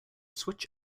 switch